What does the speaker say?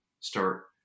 start